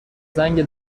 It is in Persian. زنگ